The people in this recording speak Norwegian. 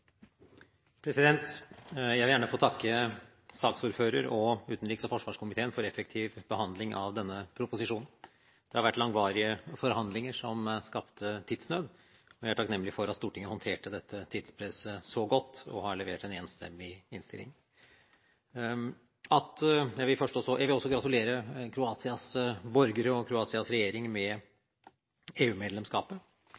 Jeg vil gjerne få takke saksordfører og utenriks- og forsvarskomiteen for effektiv behandling av denne proposisjonen. Det har vært langvarige forhandlinger som skapte tidsnød, og jeg er takknemlig for at Stortinget håndterte dette tidspresset så godt og har levert en enstemmig innstilling. Jeg vil også gratulere Kroatias borgere og Kroatias regjering